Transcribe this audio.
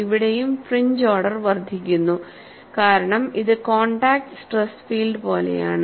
ഇവിടെയും fringe order വർദ്ധിക്കുന്നു കാരണം ഇത് കോൺടാക്റ്റ് സ്ട്രെസ് ഫീൽഡ് പോലെയാണ്